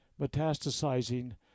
metastasizing